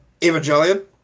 Evangelion